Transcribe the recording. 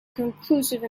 conclusive